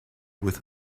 within